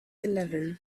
eleven